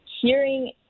hearing